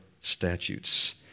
statutes